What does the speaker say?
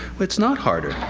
it's not harder.